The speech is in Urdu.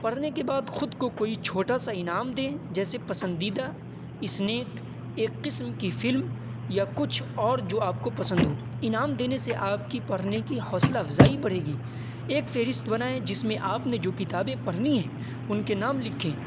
پڑھنے کے بعد خود کو کوئی چھوٹا سا انعام دیں جیسے پسندیدہ اسنیک ایک قسم کی فلم یا کچھ اور جو آپ کو پسند ہو انعام دینے سے آپ کی پڑھنے کی حوصلہ افزائی بڑھے گی ایک فہرست بنائیں جس میں آپ نے جو کتابیں پڑھنی ہیں ان کے نام لکھیں